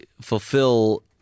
fulfill